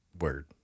Word